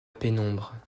pénombre